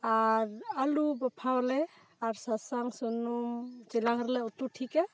ᱟᱨ ᱟᱹᱞᱩ ᱵᱟᱯᱷᱟᱣᱟᱞᱮ ᱟᱨ ᱥᱟᱥᱟᱝ ᱥᱩᱱᱩᱢ ᱪᱮᱞᱟᱝ ᱨᱮᱞᱮ ᱩᱛᱩ ᱴᱷᱤᱠᱟ